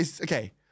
Okay